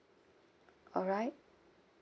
alright